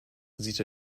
sieht